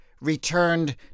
returned